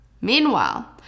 Meanwhile